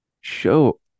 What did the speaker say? Show